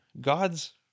God's